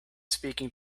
speaking